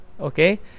okay